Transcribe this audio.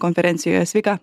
konferencijoje sveika